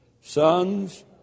Sons